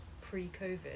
pre-COVID